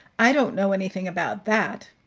i don't know anything about that.